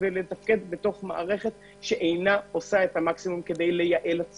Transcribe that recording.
ולתפקד בתוך מערכת שאינה עושה את המרב כדי לייעל את עצמה.